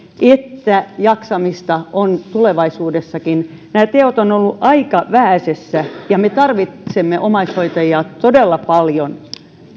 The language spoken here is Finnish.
että jaksamista on tulevaisuudessakin nämä teot ovat olleet aika vähäisessä ja me tarvitsemme omaishoitajia todella paljon